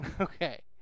Okay